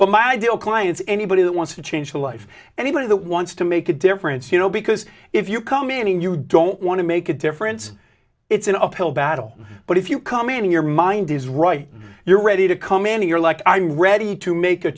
but my ideal clients anybody that wants to change their life anybody that wants to make a difference you know because if you come in and you don't want to make a difference it's an uphill battle but if you come in your mind is right you're ready to come and you're like i'm ready to make a